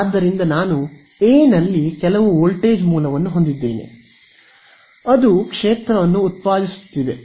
ಆದ್ದರಿಂದ ನಾನು ಎ ನಲ್ಲಿ ಕೆಲವು ವೋಲ್ಟೇಜ್ ಮೂಲವನ್ನು ಹೊಂದಿದ್ದೇನೆ ಅದು ಕ್ಷೇತ್ರವನ್ನು ಉತ್ಪಾದಿಸುತ್ತಿದೆ